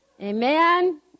Amen